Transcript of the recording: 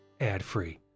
ad-free